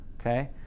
okay